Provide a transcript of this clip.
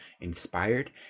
Inspired